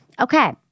okay